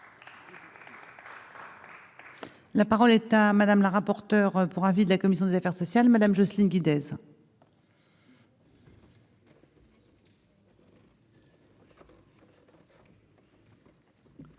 La parole est à madame la rapporteure pour avis de la commission des affaires sociales, madame Jocelyne Guidez.